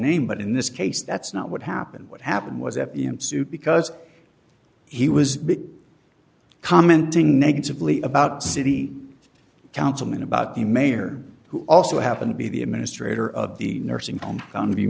name but in this case that's not what happened what happened was a suit because he was commenting negatively about city councilman about the mayor who also happen to be the administrator of the nursing home on t